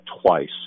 twice